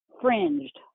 fringed